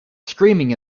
screaming